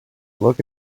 look